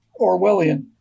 Orwellian